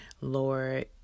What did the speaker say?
Lord